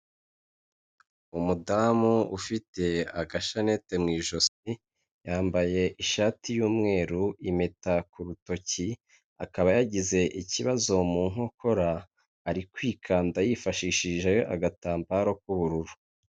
Umudamu ufite agashanete mu ijosi, yambaye ishati y'umweru, impeta ku rutoki, akaba yagize ikibazo mu nkokora, ari kwikanda yifashishije agatambaro k'ubururu.